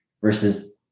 versus